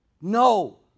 No